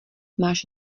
máš